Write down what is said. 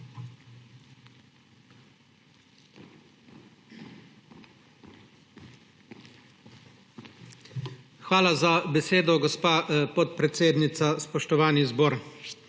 Hvala za besedo, gospa podpredsednica. Spoštovani zbor!